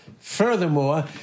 Furthermore